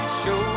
show